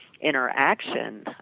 interaction